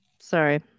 sorry